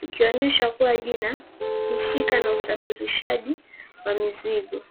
ikionyesha kuwa jina husika na usafirishaji wa mizigo.